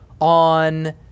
on